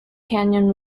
canyon